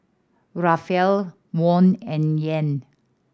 Rupiah Won and Yen